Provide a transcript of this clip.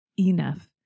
Enough